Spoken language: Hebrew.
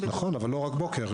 נכון, אבל לא רק בוקר.